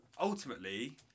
ultimately